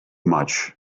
much